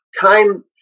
time